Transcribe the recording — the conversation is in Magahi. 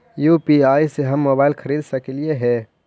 यु.पी.आई से हम मोबाईल खरिद सकलिऐ है